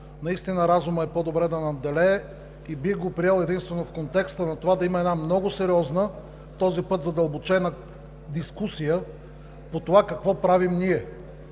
наистина разумът е по-добре да надделее и бих го приел единствено в контекста на това да има една много сериозна, този път задълбочена дискусия по това какво правим ние.